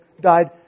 died